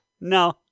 No